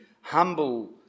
humble